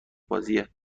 بازیه